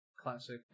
Classic